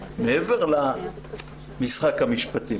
מעבר למשחק המשפטי,